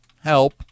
help